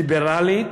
ליברלית,